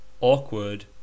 awkward